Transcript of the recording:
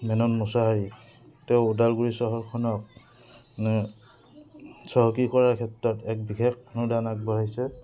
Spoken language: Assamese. মেনন মোছাহাৰী তেওঁ ওদালগুৰি চহৰখনক চহকী কৰাৰ ক্ষেত্ৰত এক বিশেষ অনুদান আগবঢ়াইছে